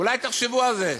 אולי תחשבו על זה,